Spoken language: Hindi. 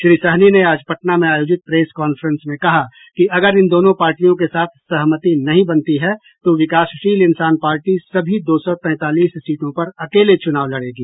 श्री सहनी ने आज पटना में आयोजित प्रेस कांफ्रेंस में कहा कि अगर इन दोनों पार्टियों के साथ सहमति नहीं बनती है तो विकासशील इंसान पार्टी सभी दो सौ तैंतालीस सीटों पर अकेले चुनाव लड़ेगी